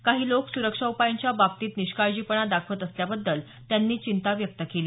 काही लोक सुरक्षा उपायांच्या बाबतीत निष्काळजीपणा दाखवत असल्याबद्दल त्यांनी चिंता व्यक्त केली